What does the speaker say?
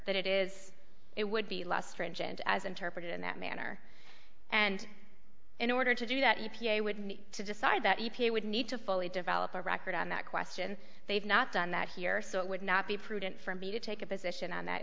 that it is it would be less stringent as interpreted in that manner and in order to do that u p a would need to decide that u p a would need to fully develop a record on that question they've not done that here so it would not be prudent for me to take a position on that